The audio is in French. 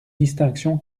distinction